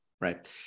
right